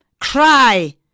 Cry